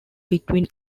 between